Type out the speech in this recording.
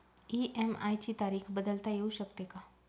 EMI ची तारीख बदलता येऊ शकते का?